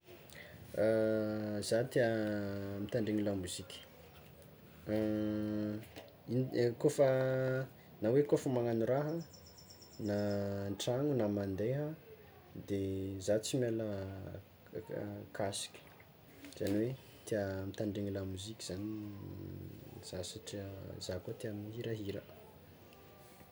Zah tià mitandregny lamozika, kôfa, na hoe kôfa magnagno raha na an-tragno na mandeha de zah tsy miala casque zany hoe tià mitendregny lamozika zany zah satria zah koa tià mihirahira.